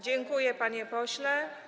Dziękuję, panie pośle.